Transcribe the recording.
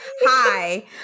Hi